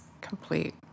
complete